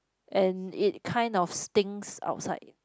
and it kind of stinks outside